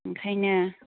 ओंखायनो